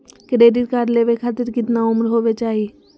Credit card लेवे खातीर कतना उम्र होवे चाही?